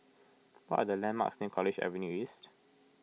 what are the landmarks near College Avenue East